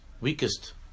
weakest